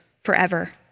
forever